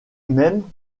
même